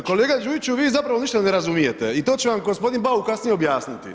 Dakle kolega Đujiću vi zapravo ništa ne razumijete i to će vam gospodin Bauk kasnije objasniti.